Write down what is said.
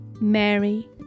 Mary